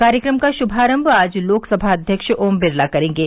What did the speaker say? कार्यक्रम का शुभारम्म आज लोकसभा अध्यक्ष ओम बिरला करेंगे